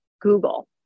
Google